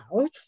out